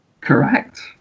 correct